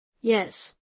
Yes